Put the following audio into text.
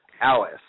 Alice